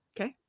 Okay